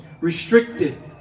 restricted